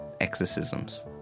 exorcisms